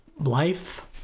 life